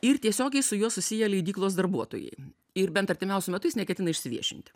ir tiesiogiai su juo susiję leidyklos darbuotojai ir bent artimiausiu metu jis neketina išsiviešinti